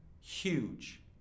Huge